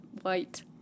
white